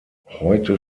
heute